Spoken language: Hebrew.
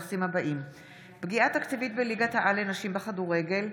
רם שפע בנושא פגיעה תקציבית בליגת-העל לנשים בכדורגל,